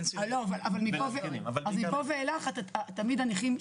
מפה ואילך תמיד הנכים,